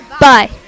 Bye